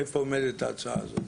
איפה עומדת ההצעה הזאת?